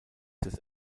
des